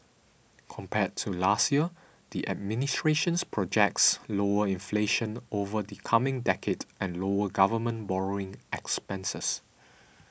compared with last year the administration projects lower inflation over the coming decade and lower government borrowing expenses